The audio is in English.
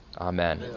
Amen